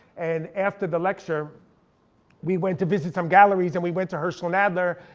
and after the lecture we went to visit some galleries and we went to herschel and adler,